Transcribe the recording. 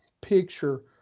picture